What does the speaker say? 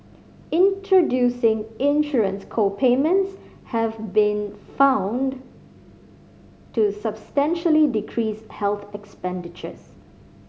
introducing insurance co payments have been found to substantially decrease health expenditures